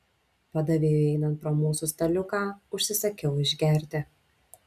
padavėjui einant pro mūsų staliuką užsisakiau išgerti